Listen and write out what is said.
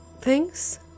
Thanks